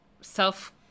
self